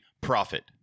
profit